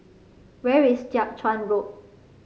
where is Jiak Chuan Road